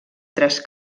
tres